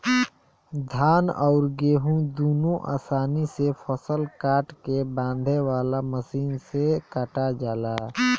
धान अउर गेंहू दुनों आसानी से फसल काट के बांधे वाला मशीन से कटा जाला